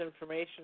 information